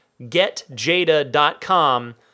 getjada.com